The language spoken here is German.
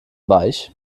weich